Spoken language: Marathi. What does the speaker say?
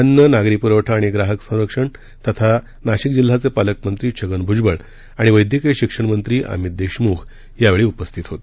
अन्न नागरी पुरवठा आणि ग्राहक संरक्षण मंत्री तथा नाशिक जिल्ह्याचे पालकमंत्री छगन भुजबळ आणि वद्यक्तीय शिक्षण मंत्री अमित देशमुख यावेळी उपस्थित होते